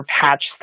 patch